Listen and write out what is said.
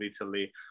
Italy